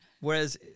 Whereas